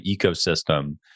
ecosystem